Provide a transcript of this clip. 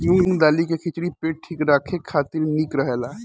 मूंग दाली के खिचड़ी पेट ठीक राखे खातिर निक रहेला